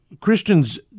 Christians